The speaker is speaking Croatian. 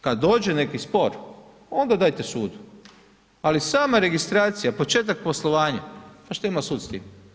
Kad dođe neki spor, onda dajte sudu, ali sama registracija, početak poslovanja, pa šta ima sud s tim?